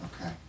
Okay